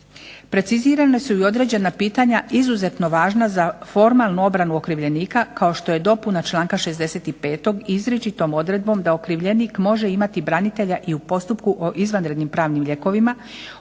Precizirana su i određena pitanja izuzetno važna za formalnu obranu okrivljenika kao što je dopuna članka 65. izričitom odredbom da okrivljenik može imati branitelja i u postupku o izvanrednim pravnim lijekovima,